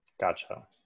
Gotcha